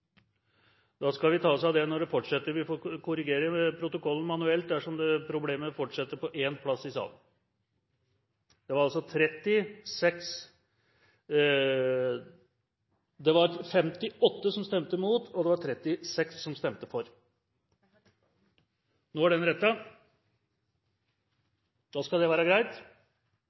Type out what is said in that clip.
Da skal vi ta oss av det, når det fortsetter. Vi får korrigere protokollen manuelt dersom problemet fortsetter på én plass i salen. Det var altså 58 som stemte mot, og det var 36 som stemte for Det korrekte skal være: 57 som stemte mot, og 36 som stemte for. Nå er det rettet. Da skal det være greit.